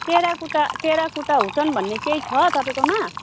terracotta terracotta हुडन भन्ने केही छ तपाईँकोमा